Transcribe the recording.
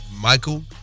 Michael